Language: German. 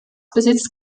besitzt